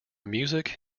music